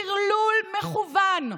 טרלול מכוון.